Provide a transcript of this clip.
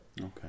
Okay